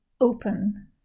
open